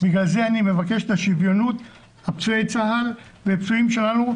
בגלל זה אני מבקש את השוויונות בין פצועי צה"ל ופצועים שלנו,